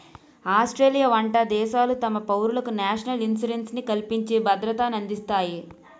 Australia వంట దేశాలు తమ పౌరులకు నేషనల్ ఇన్సూరెన్స్ ని కల్పించి భద్రతనందిస్తాయి